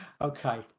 Okay